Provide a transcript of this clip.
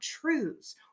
truths